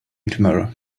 tomorrow